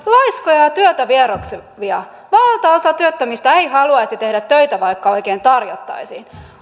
laiskoja ja työtä vieroksuvia ja valtaosa työttömistä ei haluaisi tehdä töitä vaikka oikein tarjottaisiin